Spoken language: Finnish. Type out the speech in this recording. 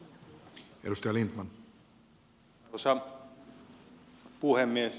arvoisa puhemies